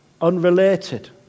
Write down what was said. unrelated